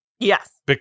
Yes